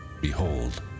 BEHOLD